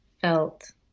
felt